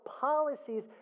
policies